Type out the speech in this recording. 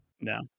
no